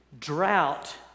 drought